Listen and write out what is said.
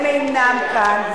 הם אינם כאן.